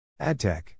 AdTech